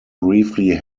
briefly